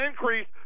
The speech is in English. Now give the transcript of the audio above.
increase